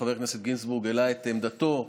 חבר הכנסת גינזבורג העלה את עמדתו,